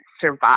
survive